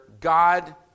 God